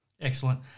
Excellent